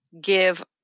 give